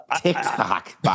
TikTok